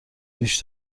ریش